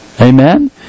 Amen